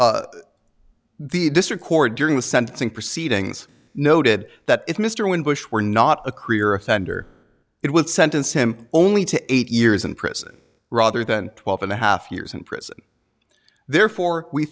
the district court during the sentencing proceedings noted that if mr winbush were not a career offender it would sentence him only to eight years in prison rather than twelve and a half years in prison therefore we